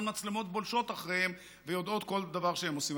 מצלמות בולשות אחריהם ויודעות כל דבר שהם עושים.